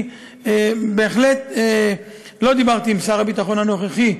לא דיברתי עם שר הביטחון הנוכחי.